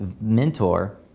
mentor